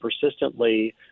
persistently